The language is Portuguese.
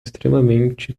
extremamente